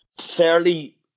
fairly